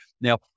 Now